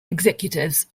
executives